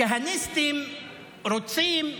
כהניסטים רוצים,